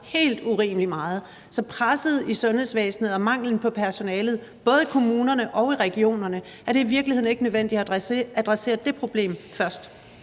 helt urimelig meget. Så med hensyn til presset i sundhedsvæsenet og manglen på personale, både i kommunerne og i regionerne, er det så i virkeligheden ikke nødvendigt at adressere det problem først?